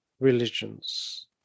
religions